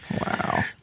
wow